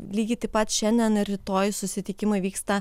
lygiai taip pat šiandien ir rytoj susitikimai vyksta